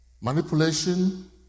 manipulation